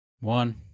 One